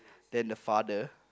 then the father